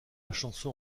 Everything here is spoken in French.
chanson